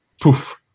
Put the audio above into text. poof